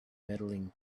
medaling